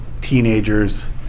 teenagers